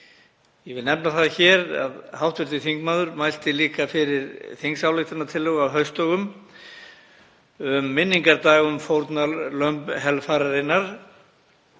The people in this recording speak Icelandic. Ég vil nefna það hér að hv. þingmaður mælti líka fyrir þingsályktunartillögu á haustdögum um minningardag um fórnarlömb helfararinnar